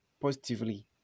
positively